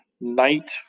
night